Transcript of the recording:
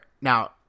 Now